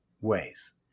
ways